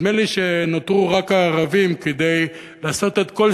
נדמה לי שנותרו רק הערבים כדי לעשות את כל